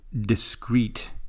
discrete